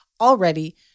already